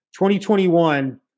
2021